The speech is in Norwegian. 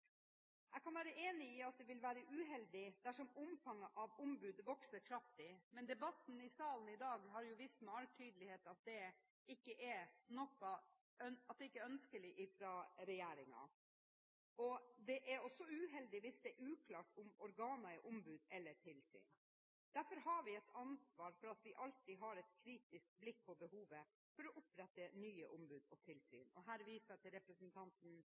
Jeg kan være enig i at det vil være uheldig dersom omfanget av ombud vokser kraftig, men debatten i salen i dag har vist med all tydelighet at det ikke er ønskelig fra regjeringens side. Det er også uheldig hvis det er uklart om organet er ombud eller tilsyn. Derfor har vi et ansvar for at vi alltid har et kritisk blikk på behovet for å opprette nye ombud og tilsyn. Her viser jeg til representanten